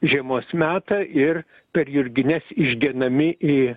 žiemos metą ir per jurgines išgenami į